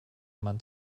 man